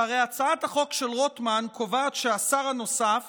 שהרי הצעת החוק של רוטמן קובעת שהשר הנוסף